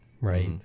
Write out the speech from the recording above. Right